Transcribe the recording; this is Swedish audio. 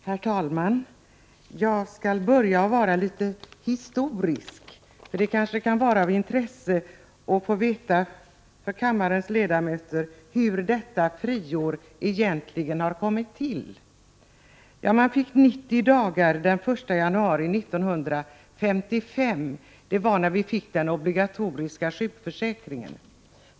Herr talman! Jag skall börja med litet historik. Det kanske kan vara av intresse för kammarens ledamöter att få veta hur friåret egentligen kom till. Man fick 90 dagars fri sjukhusvård den 1 januari 1955 när den obligatoriska sjukförsäkringen infördes.